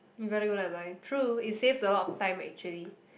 you better go down and buy true it saves a lot of time actually